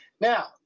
Now